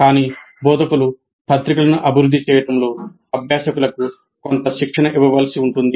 కానీ బోధకులు పత్రికలను అభివృద్ధి చేయడంలో అభ్యాసకులకు కొంత శిక్షణ ఇవ్వవలసి ఉంటుంది